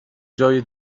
جای